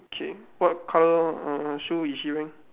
okay what colour err shoe is she wearing